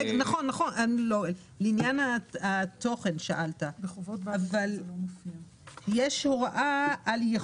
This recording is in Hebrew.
בתנאים של שכירת מונית יש הרבה תנאים